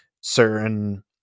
certain